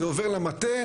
זה עובר למטה,